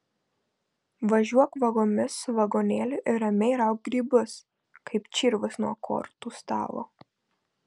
važiuok vagomis su vagonėliu ir ramiai rauk grybus kaip čirvus nuo kortų stalo